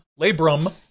labrum